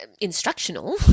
instructional